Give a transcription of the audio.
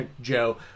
joe